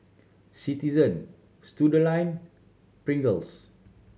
Citizen Studioline Pringles